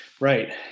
Right